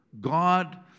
God